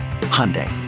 Hyundai